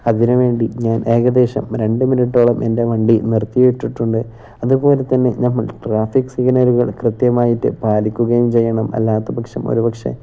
അതിനുവേണ്ടി ഞാൻ ഏകദേശം രണ്ട് മിനിറ്റോളം എൻ്റെ വണ്ടി നിർത്തിയിട്ടിട്ടുണ്ട് അതുപോലെ തന്നെ നമ്മൾ ട്രാഫിക് സിഗ്നലുകൾ കൃത്യമായിട്ടു പാലിക്കുകയും ചെയ്യണം അല്ലാത്ത പക്ഷം ഒരുപക്ഷെ